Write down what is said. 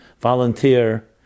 Volunteer